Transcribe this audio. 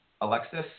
Alexis